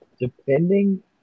Depending